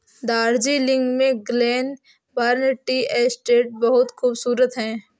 दार्जिलिंग में Glenburn tea estate बहुत खूबसूरत है